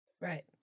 Right